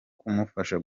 kumufasha